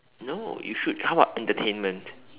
no you should how about entertainment